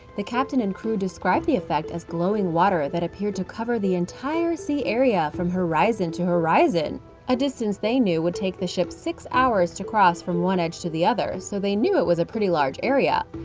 the captain and crew described the effect as glowing water that appeared to cover the entire sea area, from horizon to horizon a distance they knew would take the ship six hours to cross from one edge to the other, so they knew it was a pretty large area.